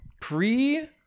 Pre